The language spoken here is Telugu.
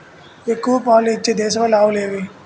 ఎక్కువ పాలు ఇచ్చే దేశవాళీ ఆవులు ఏవి?